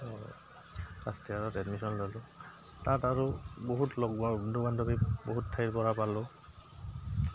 first ইয়াৰত admission ল'লোঁ তাত আৰু বহুত লগ বন্ধু বান্ধৱী বহুত ঠাইৰ পৰা পালোঁ